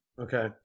Okay